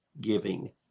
giving